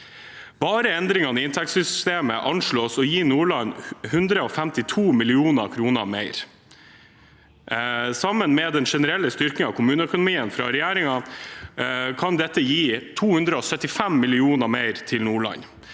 Bare endringene i inntektssystemet anslås å gi Nordland 152 mill. kr mer. Sammen med den generelle styrkingen av kommuneøkonomien fra regjeringen kan dette gi 275 mill. kr mer til Nordland.